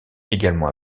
également